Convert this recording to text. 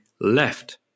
left